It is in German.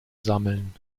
sammeln